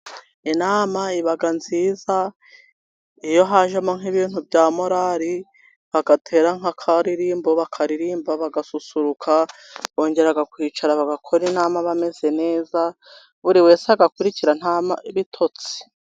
Inama iba nziza iyo hajemo nk' ibintu bya morari, bagatera nk'akaririmbo bakaririmba bagasusuruka, bongera kwicara bagakora inama bameze neza, buri wese agakurikira nta bitotsi.